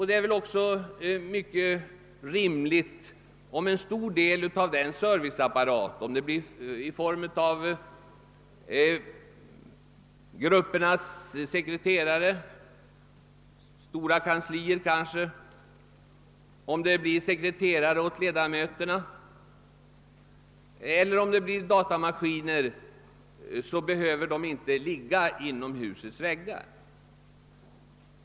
Det är väl också mycket rimligt att en stor del av serviceappa raten — gruppernas sekreterare, kanske stora kanslier, sekreterare åt ledamöterna eller datamaskiner — inte be höver finnas inom husets väggar.